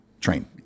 Train